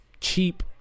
cheap